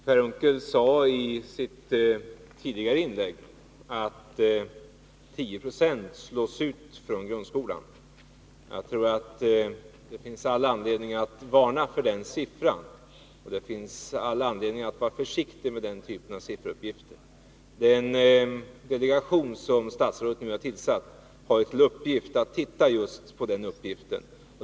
Herr talman! Per Unckel sade i sitt tidigare inlägg att 10 90 slås ut från grundskolan. Jag tror att det finns anledning att varna för den siffran. Man bör vara försiktig med den typen av sifferuppgifter. Den delegation som statsrådet nu har tillsatt har ju i uppdrag att titta på just den uppgiften.